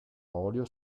olio